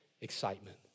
excitement